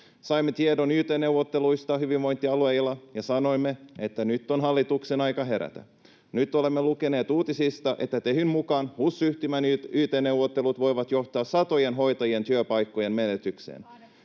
Saimme tiedon yt-neuvotteluista hyvinvointialueilla, ja sanoimme, että nyt on hallituksen aika herätä. Nyt olemme lukeneet uutisista, että Tehyn mukaan HUS-yhtymän yt-neuvottelut voivat johtaa satojen hoitajien työpaikkojen menetykseen